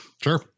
Sure